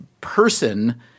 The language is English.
person